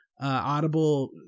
Audible